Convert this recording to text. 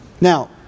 Now